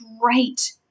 great